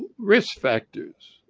risk factors.